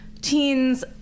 teens